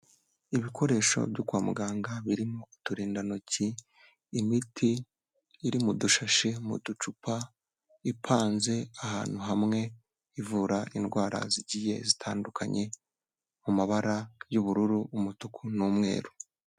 Ibikoresho byo kwa muganga birimo uturindantoki, imiti iri mu dushashi, mu ducupa, ipanze ahantu hamwe ivura indwara zigiye zitandukanye mu mabara y'ubururu umutuku n'umweru.